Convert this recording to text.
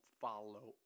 follow